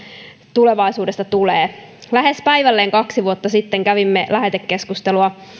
tulevaisuudesta tulee lähes päivälleen kaksi vuotta sitten kävimme lähetekeskustelua